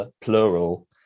plural